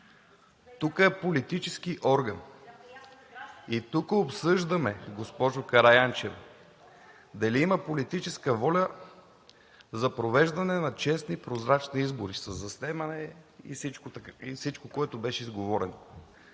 Тук е политически орган и тук обсъждаме, госпожо Караянчева, дали има политическа воля за провеждане на честни, прозрачни избори, със заснемане и всичко, което беше изговорено.